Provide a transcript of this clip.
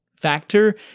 factor